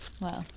Wow